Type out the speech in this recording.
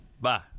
Bye